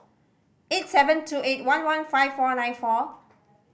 eight seven two eight one one five four nine four